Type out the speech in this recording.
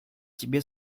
тебе